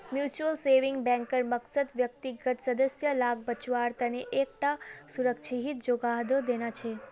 mutual savings बैंकेर मकसद व्यक्तिगत सदस्य लाक बच्वार तने एक टा सुरक्ष्हित जोगोह देना छे